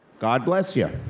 god bless ya.